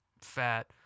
fat